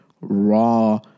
raw